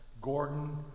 Gordon